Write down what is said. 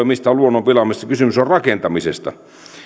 mistään luonnon pilaamisesta vaan kysymys on rakentamisesta